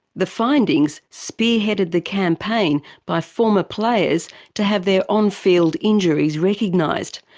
the findings spearheaded the campaign by former players to have their on-field injuries recognised.